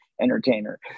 entertainer